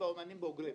באומנים בוגרים.